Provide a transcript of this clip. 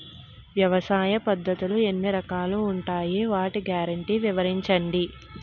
వ్యవసాయ పద్ధతులు ఎన్ని రకాలు ఉంటాయి? వాటి గ్యారంటీ వివరించండి?